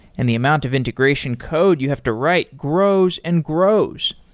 and the amount of integration code you have to write grows and grows.